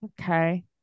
Okay